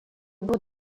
bourg